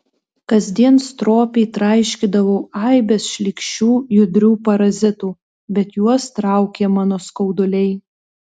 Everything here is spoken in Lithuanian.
kasdien stropiai traiškydavau aibes šlykščių judrių parazitų bet juos traukė mano skauduliai